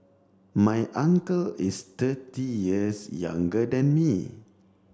my uncle is thirty years younger than me